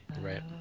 Right